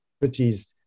properties